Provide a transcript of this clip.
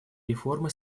реформы